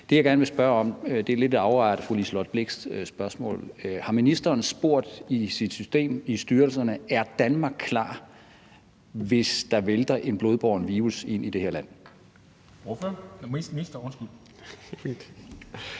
det, jeg gerne vil spørge om, er lidt en afart af fru Liselott Blixts spørsmål: Har ministeren spurgt i sit system, i styrelserne, om Danmark er klar, hvis der vælter en blodbåren virus ind i det her land?